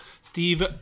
Steve